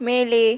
மேலே